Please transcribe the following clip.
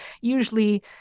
usually